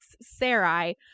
Sarai